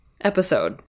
episode